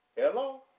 Hello